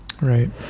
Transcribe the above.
Right